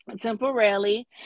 temporarily